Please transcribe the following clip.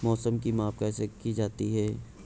मौसम की माप कैसे की जाती है?